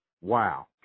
wow